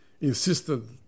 insisted